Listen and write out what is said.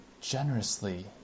generously